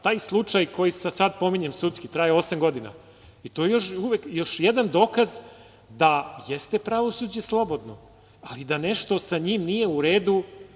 Taj slučaj koji sad pominjem, sudski, traje osam godina i to je još jedan dokaz da jeste pravosuđe slobodno, ali da nešto sa njim nije u redu.